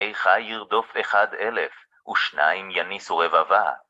איכה ירדוף אחד אלף, ושניים יניסו רבבה.